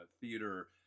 theater